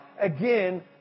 again